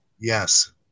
Yes